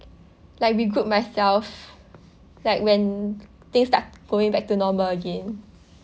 like regroup myself like when things start going back to normal again